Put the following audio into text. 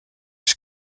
his